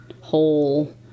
whole